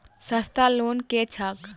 सस्ता लोन केँ छैक